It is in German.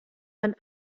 wenn